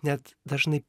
net dažnai